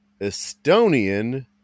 Estonian